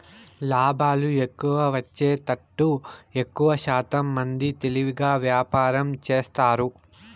లాభాలు ఎక్కువ వచ్చేతట్టు ఎక్కువశాతం మంది తెలివిగా వ్యాపారం చేస్తారు